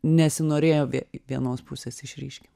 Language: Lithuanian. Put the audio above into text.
nesinorėjo vie vienos pusės išryškint